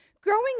Growing